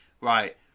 right